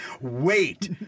wait